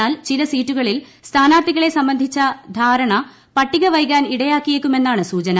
എന്നാൽ ചില സീറ്റുകളിൽ സ്ഥാനാർത്ഥികളെ സംബന്ധിച്ച ധാരണ പട്ടിക വൈകാൻ ഇടയാക്കിയേക്കുമെന്നാണ് സൂചന